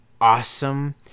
awesome